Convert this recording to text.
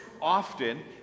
often